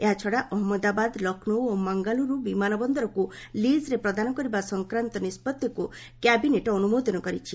ଏହାଛଡା ଅହମ୍ମଦାବାଦ ଲକ୍ଷ୍ରୌ ଓ ମାଙ୍ଗାଲୁରୁ ବିମାନ ବନ୍ଦରକୁ ଲିଜ୍ରେ ପ୍ରଦାନ କରିବା ସଂକ୍ରାନ୍ତ ନିଷ୍ପଭିକୁ କ୍ୟାବିନେଟ ଅନୁମୋଦନ କରିଛି